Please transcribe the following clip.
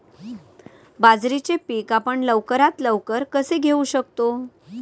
बाजरीचे पीक आपण लवकरात लवकर कसे घेऊ शकतो?